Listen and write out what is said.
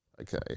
Okay